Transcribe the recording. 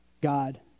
God